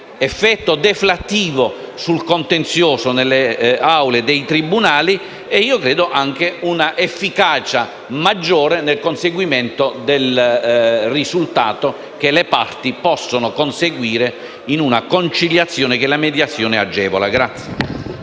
effetto deflattivo sul contenzioso nelle aule dei tribunali e io credo anche una efficacia maggiore nel conseguimento del risultato che le parti possono conseguire in una conciliazione che la mediazione agevola.